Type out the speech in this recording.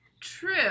true